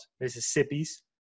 Mississippi's